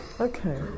Okay